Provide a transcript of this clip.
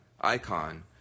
icon